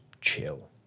chill